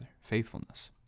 faithfulness